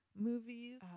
movies